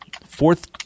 fourth